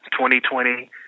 2020